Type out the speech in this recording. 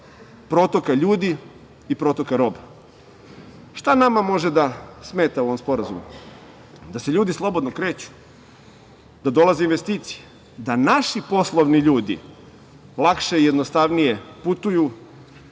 protoka ljudi i protoka roba. Šta nama može da smeta u ovom sporazumu? Da se ljudi slobodno kreću? Da dolaze investicije? Da naši poslovni ljudi lakše i jednostavnije putuju,